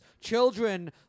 children